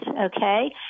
okay